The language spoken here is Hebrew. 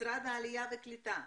משרד העלייה והקליטה,